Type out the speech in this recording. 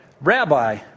Rabbi